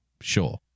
Sure